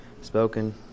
spoken